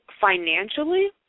financially